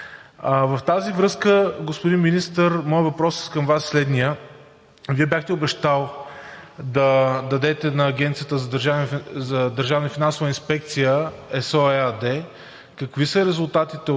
В тази връзка, господин Министър, моят въпрос към Вас е следният: Вие бяхте обещали да дадете на Агенцията за държавна финансова инспекция ЕСО ЕАД: какви са резултатите от това?